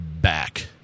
back